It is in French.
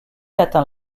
atteint